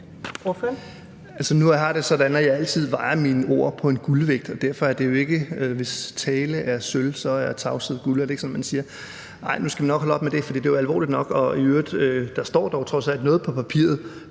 at jeg altid vejer mine ord på en guldvægt, så hvis tale er sølv, er tavshed guld – er det ikke sådan, man siger? Nej, nu skal vi nok holde op med det, for det er jo alvorligt nok, og der står dog trods alt noget på forslagets